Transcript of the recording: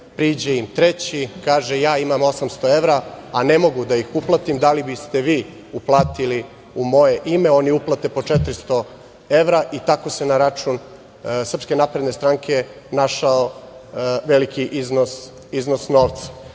priđe im treći i kaže – ja imam 800 evra, a ne mogu da ih uplatim, da li biste vi uplatili u moje ime i oni uplate po 400 evra i tako se na račun SNS našao veliki iznos novca. Dakle,